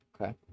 Okay